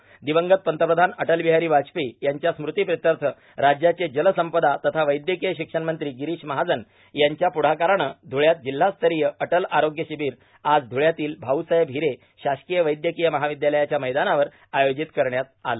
र्दिवंगत पंतप्रधान अटल बिहारां वाजपेयी यांच्या स्मृती प्रित्यथ राज्याचे जलसंपदा तथा वैद्याकय शिक्षण मंत्री गिरांष महाजन यांच्या पुढाकाराने धुळ्यात जिल्हास्तरांय अटल आरोग्य शंशबीर आज धुळ्यातील भाऊसाहेब हिरे शासकोय वैद्र्याकय महार्ावद्यालयाच्या मैदानावर आयोजित करण्यात आले